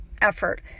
effort